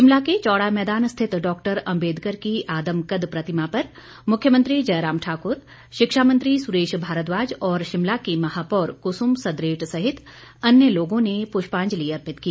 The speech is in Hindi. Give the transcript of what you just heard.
शिमला के चौड़ा मैदान स्थित डॉक्टर अम्बेदकर की आदमकद प्रतिमा पर मुख्यमंत्री जयराम ठाकुर शिक्षा मंत्री सुरेश भारद्वाज और शिमला की महापौर कुसुम सदरेट सहित अन्य लोगों ने पुष्पांजलि अर्पित की